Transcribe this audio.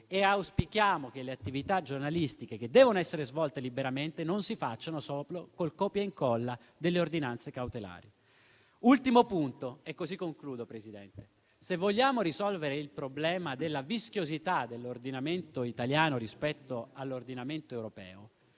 auspichiamo che le attività giornalistiche, che devono essere svolte liberamente, non si facciano solo col copia e incolla delle ordinanze cautelari. Signor Presidente, in conclusione, se vogliamo risolvere il problema della vischiosità dell'ordinamento italiano rispetto all'ordinamento europeo,